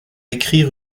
écrit